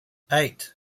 eight